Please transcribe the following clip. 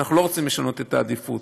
אנחנו לא רוצים לשנות את העדיפות.